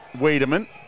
Wiedemann